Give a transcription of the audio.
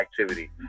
activity